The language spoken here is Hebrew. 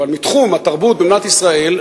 אבל מתחום התרבות במדינת ישראל,